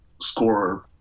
Score